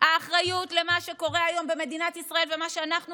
האחריות למה שקורה היום במדינת ישראל ומה שאנחנו